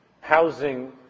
Housing